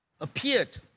appeared